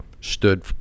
stood